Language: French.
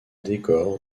décor